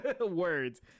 words